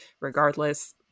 regardless